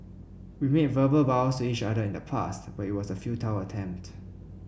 we made verbal vows each other in the past but it was a futile attempt